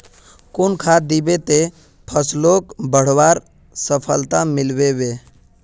कुन खाद दिबो ते फसलोक बढ़वार सफलता मिलबे बे?